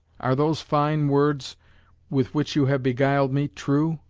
are those fine words with which you have beguiled me, true?